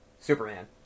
Superman